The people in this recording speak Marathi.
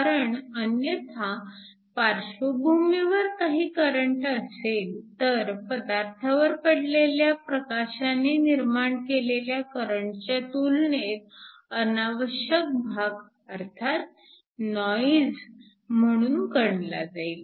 कारण अन्यथा पार्श्वभूमीवर काही करंट असेल तर पदार्थावर पडलेल्या प्रकाशाने निर्माण केलेल्या करंटच्या तुलनेत अनावश्यक भाग अर्थात नॉइज म्हणून गणला जाईल